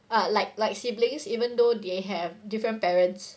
uh like like siblings even though they have different parents